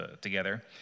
together